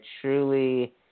truly